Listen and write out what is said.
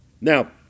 now